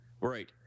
right